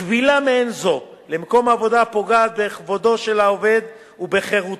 כבילה מעין זו למקום העבודה פוגעת בכבודו של העובד ובחירותו.